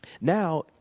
Now